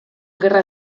gerra